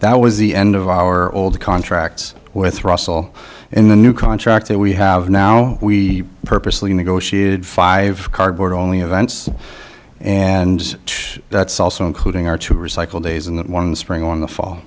that was the end of our old contracts with russell in the new contract that we have now we purposely negotiated five cardboard only events and that's also including our to recycle days in that one spring on the fall